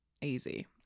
easy